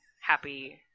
happy